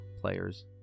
players